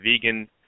vegan